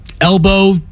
elbow